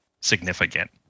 significant